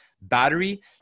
battery